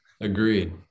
agreed